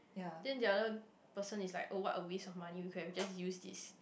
then the other person is like oh what a waste of money we could have just used this